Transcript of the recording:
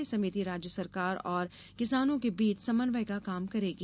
यह समिति राज्य सरकार और किसानों के बीच समन्वय का काम करेगी